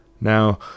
Now